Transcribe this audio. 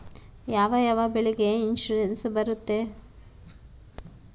ಯಾವ ಯಾವ ಬೆಳೆಗೆ ಇನ್ಸುರೆನ್ಸ್ ಬರುತ್ತೆ?